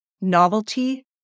novelty